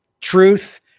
Truth